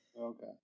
Okay